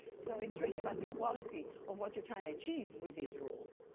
so it's really about the quality of what you're trying to achieve with these rules